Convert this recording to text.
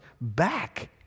back